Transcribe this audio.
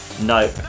nope